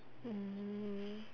mm